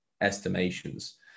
estimations